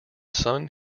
son